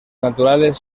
naturales